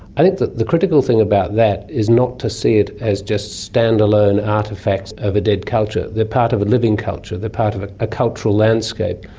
i think the the critical thing about that is not to see it as just stand-alone artefacts of a dead culture, they're part of a living culture, they're part of a a cultural landscape.